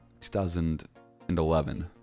2011